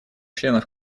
членов